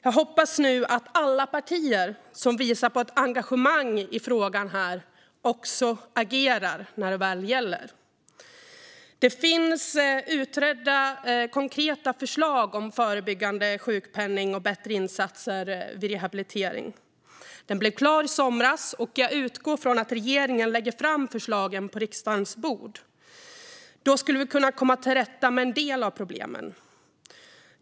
Jag hoppas att alla partier som nu visar ett engagemang i frågan också agerar när det väl gäller. Det finns utredda, konkreta förslag om förebyggande, sjukpenning och bättre insatser vid rehabilitering. Utredningen blev klar i somras, och jag utgår från att regeringen lägger fram förslagen på riksdagens bord. Då skulle vi kunna komma till rätta med en del av problemen.